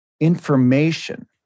information